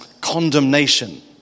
condemnation